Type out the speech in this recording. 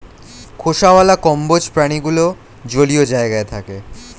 খোসাওয়ালা কম্বোজ প্রাণীগুলো জলীয় জায়গায় থাকে